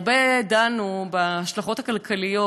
הרבה דנו בהשלכות הכלכליות,